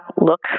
look